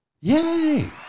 Yay